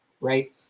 right